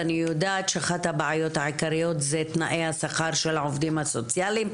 ואני יודעת שאחת הבעיות העיקריות זה תנאי השכר של העובדים הסוציאליים,